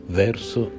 verso